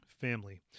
Family